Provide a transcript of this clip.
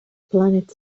planet